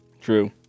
True